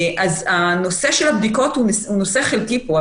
אז הנושא של הבדיקות הוא נושא חלקי פה,